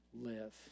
live